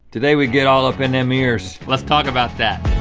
today we get all up in them ears. let's talk about that.